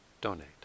donate